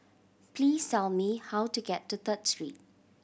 please tell me how to get to Third Street